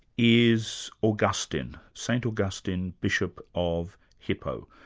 is augustine, st augustine, bishop of hippo,